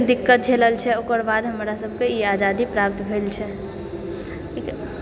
दिक्कत झेलल छै ओकर बाद हमरा सभकऽ ई आजादी प्राप्त भेल छै